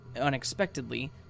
unexpectedly